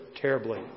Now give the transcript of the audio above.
terribly